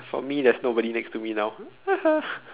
for me there's nobody next to me now